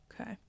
okay